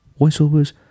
voiceovers